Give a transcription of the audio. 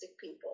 people